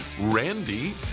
Randy